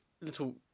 little